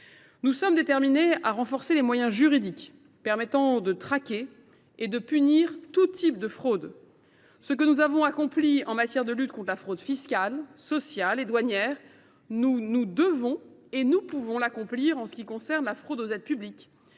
Nous sommes déterminés à renforcer les moyens juridiques permettant de traquer et de punir tous types de fraudes. Ce que nous avons accompli en matière de lutte contre la fraude fiscale, sociale et douanière, nous devons le réaliser aussi en ce qui concerne la fraude aux aides publiques.